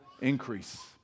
increase